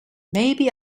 maybe